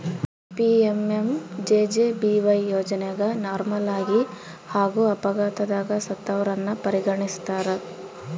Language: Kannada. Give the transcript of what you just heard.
ಪಿ.ಎಂ.ಎಂ.ಜೆ.ಜೆ.ಬಿ.ವೈ ಯೋಜನೆಗ ನಾರ್ಮಲಾಗಿ ಹಾಗೂ ಅಪಘಾತದಗ ಸತ್ತವರನ್ನ ಪರಿಗಣಿಸ್ತಾರ